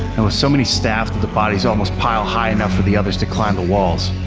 and with so many staff that the body's almost pile high enough for the others to climb the walls.